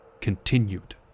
continued